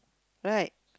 right